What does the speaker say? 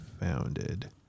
Founded